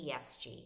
ESG